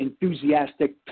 enthusiastic